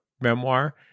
memoir